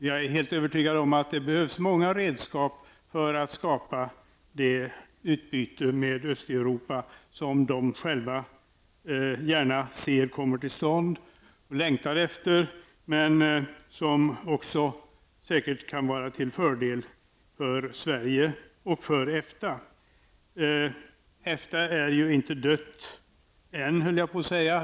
Vi är helt övertygade om att det behövs många redskap för att skapa det utbyte med Östeuropa som de östeuropeiska länderna själva gärna ser kommer till stånd och längtar efter men som också säkert kan vara till fördel för Sverige och för EFTA. EFTA är ju inte dött än, höll jag på att säga.